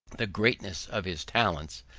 the greatness of his talents,